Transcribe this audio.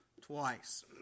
twice